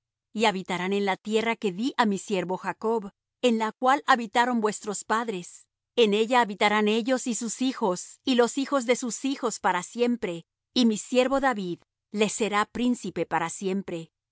y habitarán en la tierra que dí á mi siervo jacob en la cual habitaron vuestros padres en ella habitarán ellos y sus hijos y los hijos de sus hijos para siempre y mi siervo david les será príncipe para siempre